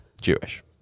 Jewish